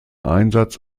einsatz